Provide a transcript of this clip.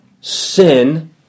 sin